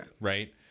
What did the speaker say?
right